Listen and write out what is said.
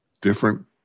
different